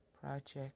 project